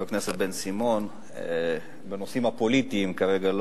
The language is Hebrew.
הכנסת בן-סימון בנושאים הפוליטיים כרגע,